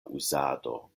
uzado